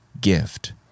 gift